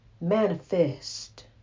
manifest